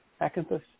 acanthus